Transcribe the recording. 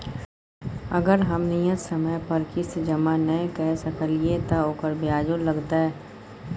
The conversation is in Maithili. अगर हम नियत समय पर किस्त जमा नय के सकलिए त ओकर ब्याजो लगतै?